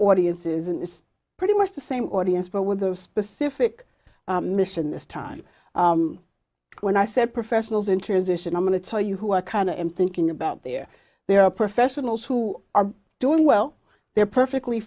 audience is and it's pretty much the same audience but with those specific mission this time when i said professionals in transition i'm going to tell you who are kind and thinking about their they are professionals who are doing well they're perfectly